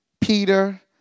Peter